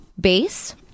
base